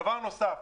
דבר נוסף,